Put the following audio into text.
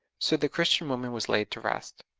so the christian woman was laid to rest.